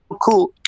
cool